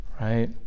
Right